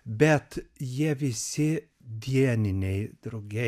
bet jie visi dieniniai drugiai